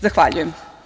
Zahvaljujem.